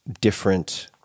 different